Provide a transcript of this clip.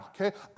okay